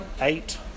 eight